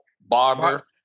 Barber